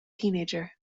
teenager